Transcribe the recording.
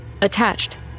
Attached